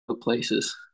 places